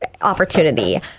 opportunity